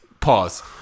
pause